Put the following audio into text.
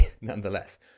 nonetheless